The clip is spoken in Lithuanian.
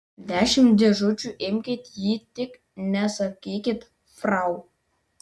dešimt dėžučių imkit jį tik nesakykit frau